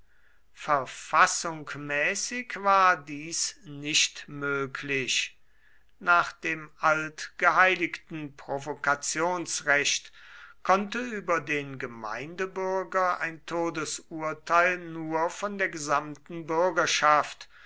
verfassungmäßig war dies nicht möglich nach dem altgeheiligten provokationsrecht konnte über den gemeindebürger ein todesurteil nur von der gesamten bürgerschaft